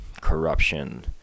corruption